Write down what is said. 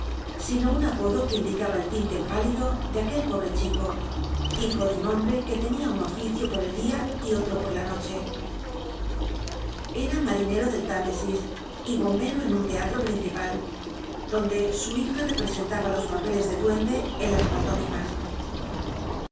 no un apodo que indica ba l l tiule p ilidn tic aqurl pobre chico hijo de un hombte que tenia un ofi cio por r l dia y otro por la noche era del támesis y bombero en un teatro prinl'ipal donde su hija cpcscntaba los papeles ir clncnd ll las pantomimas con